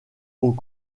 aux